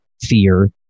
fear